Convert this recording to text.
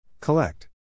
Collect